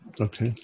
Okay